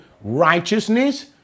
righteousness